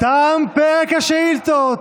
תם פרק השאילתות.